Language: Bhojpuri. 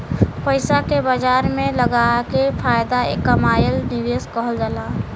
पइसा के बाजार में लगाके फायदा कमाएल निवेश कहल जाला